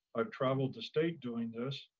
i've traveled the state doing this,